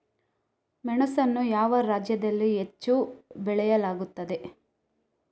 ಮೆಣಸನ್ನು ಯಾವ ರಾಜ್ಯದಲ್ಲಿ ಹೆಚ್ಚು ಬೆಳೆಯಲಾಗುತ್ತದೆ?